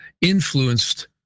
influenced